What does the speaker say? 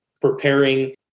preparing